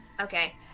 Okay